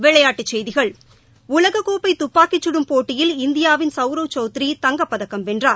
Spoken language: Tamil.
விளையாட்டுச் செய்திகள் உலகக்கோப்பை துப்பாக்கிச் சுடும் போட்டியில் இந்தியாவின் சவ்ரவ் சவுத்ரி தங்கப்பதக்கம் வென்றார்